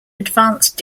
advanced